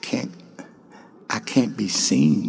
i can't i can't be seen